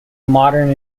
modern